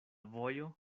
vojo